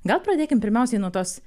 gal pradėkim pirmiausiai nuo tos